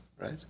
right